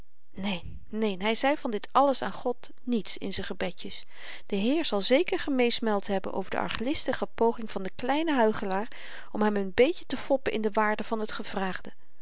neen neen hy zei van dit alles aan god niets in z'n gebedjes de heer zal zeker gemeesmuild hebben over de arglistige poging van den kleinen huichelaar om hem n beetje te foppen in de waarde van t gevraagde